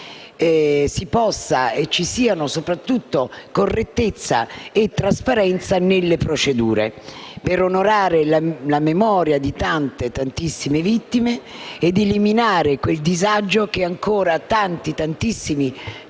Occorre infatti garantire correttezza e trasparenza delle procedure per onorare la memoria di tante, tantissime vittime ed eliminare quel disagio che tanti, tantissimi